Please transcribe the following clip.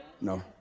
No